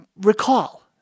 Recall